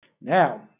Now